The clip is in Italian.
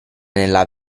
nella